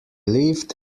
lived